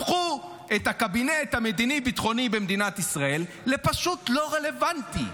הפכו את הקבינט המדיני-ביטחוני במדינת ישראל לפשוט לא רלוונטי.